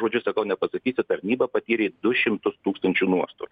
žodžiu sakau nepasakysiu tarnybą patyrė du šimtus tūkstančių nuostolių